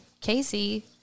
Casey